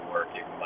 working